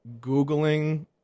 Googling